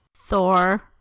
Thor